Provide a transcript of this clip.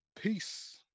Peace